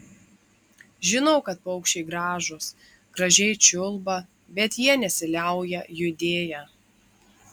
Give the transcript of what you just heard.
žinau kad paukščiai gražūs gražiai čiulba bet jie nesiliauja judėję